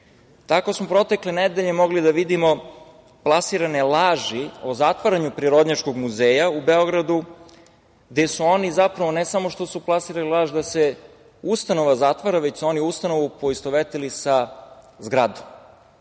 smo protekle nedelje mogli da vidimo plasirane laži o zatvaranju Prirodnjačkog muzeja u Beogradu, gde su oni, zapravo, ne samo što su plasirali laž da se ustanova zatvara, već su oni ustanovu poistovetili sa zgradom,